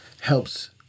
helps